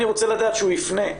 אני רוצה לדעת שהוא יפנה,